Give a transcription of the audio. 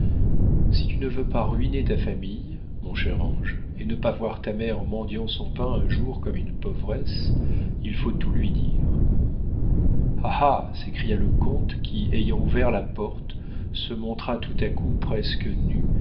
si tu ne veux pas ruiner ta famille mon cher ange et ne pas voir ta mère mendiant son pain un jour comme une pauvresse il faut tout lui dire ah ah s'écria le comte qui ayant ouvert la porte se montra tout à coup presque nu